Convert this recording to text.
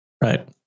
Right